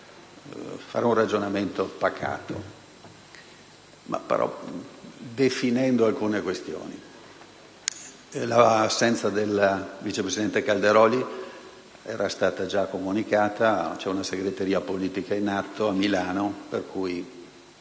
fare un ragionamento pacato, definendo alcune questioni. L'assenza del vice presidente Calderoli era stata già comunicata: c'è una segreteria politica in atto a Milano, quindi